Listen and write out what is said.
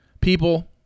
people